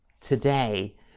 today